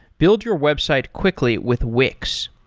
build your website quickly with wix.